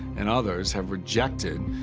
and others have rejected